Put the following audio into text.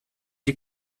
die